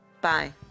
Bye